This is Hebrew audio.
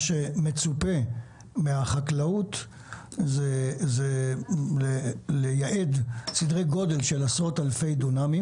מה שמצופה מהחקלאות זה לייעד סדרי גודל של עשרות אלפי דונמים